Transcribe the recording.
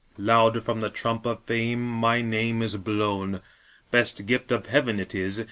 loud from the trump of fame my name is blown best gift of heaven it is,